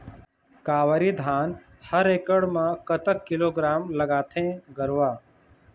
कावेरी धान हर एकड़ म कतक किलोग्राम लगाथें गरवा?